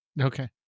Okay